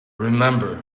remember